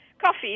Coffee